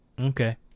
Okay